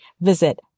visit